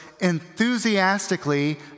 enthusiastically